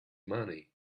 money